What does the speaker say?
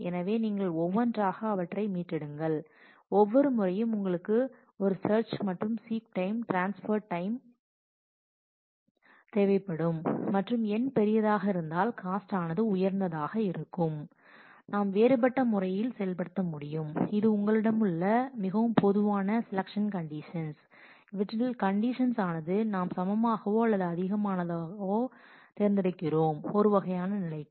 எனவே நீங்கள் ஒவ்வொன்றாக அவற்றை மீட்டெடுங்கள் ஒவ்வொரு முறையும் உங்களுக்கு ஒரு சர்ச் மற்றும் சீக் டைம் ட்ரான்ஸ்பெர் டைம் தேவைப்படும் மற்றும் n பெரியதாக இருந்தால் காஸ்ட் ஆனது உயர்ந்ததாக இருக்கும் நாம் வேறுபட்ட முறையில் செயல்படுத்த முடியும் இது எங்களிடம் உள்ள மிகவும் பொதுவான செலெக்ஷன் கண்டிஷன்ஸ் இவற்றில் கண்டிஷன்ஸ் ஆனது நாம் சமமாகவோ அல்லது அதிகமானதாகவும் தேர்ந்தெடுக்கிறோம் ஒரு வகையான நிலைக்கு